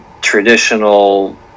traditional